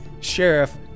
Sheriff